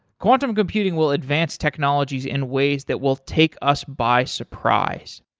quantum computing will advance technologies in ways that will take us by surprise.